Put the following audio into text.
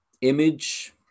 image